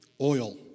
oil